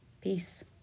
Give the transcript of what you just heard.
Peace